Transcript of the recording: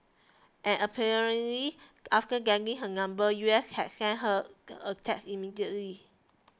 and apparently after getting her number U S had sent her a text immediately